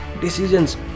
decisions